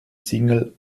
single